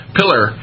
pillar